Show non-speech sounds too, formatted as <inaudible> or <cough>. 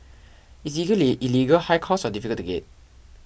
it's either <unintelligible> illegal high cost or difficult to get